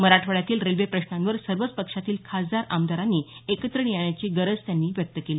मराठवाड्यातील रेल्वे प्रश्नांवर सर्वच पक्षातील खासदार आमदारांनी एकत्र येण्याची गरज त्यांनी व्यक्त केली